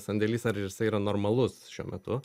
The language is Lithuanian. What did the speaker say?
sandėlis ar jisai yra normalus šiuo metu